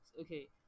okay